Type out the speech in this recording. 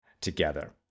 together